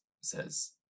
says